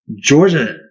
Georgia